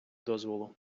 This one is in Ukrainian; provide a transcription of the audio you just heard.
дозволу